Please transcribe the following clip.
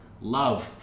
love